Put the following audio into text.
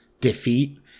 defeat